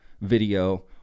video